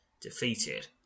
defeated